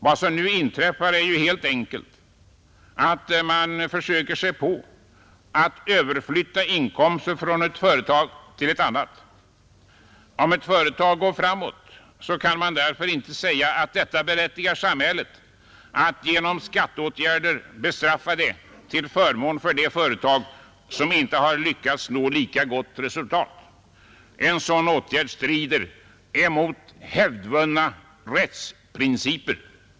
Vad som nu inträffar är helt enkelt att man försöker sig på att överflytta inkomster från ett företag till ett annat. Om ett företag går framåt, kan man därför inte säga att detta berättigar samhället att genom skatteåtgärder bestraffa det till förmån för de företag som inte har lyckats nå lika gott resultat. En sådan ågärd strider mot hävdvunna rättsprinciper.